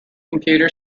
computer